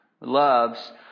loves